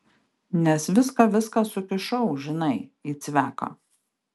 nes viską viską sukišau žinai į cveką